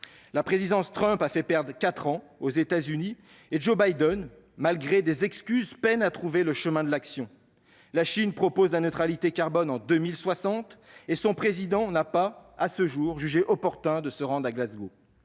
La présidence Trump a fait perdre quatre ans aux États-Unis et Joe Biden, malgré des excuses, peine à trouver le chemin de l'action ; la Chine propose la neutralité carbone en 2060 et, à ce jour, son président n'a pas jugé opportun de se rendre à Glasgow